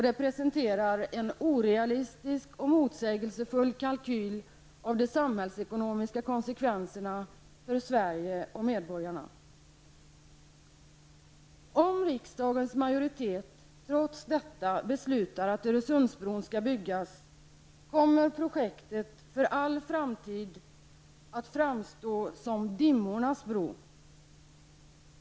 Det presenterar en orealistisk och motsägelsefull kalkyl av de samhällsekonomiska konsekvenserna för Sverige och medborgarna. Öresundsbron skall byggas kommer projektet för all framtid att framstå som Dimmornas bro.